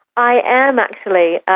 i am, actually.